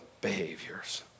behaviors